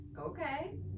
Okay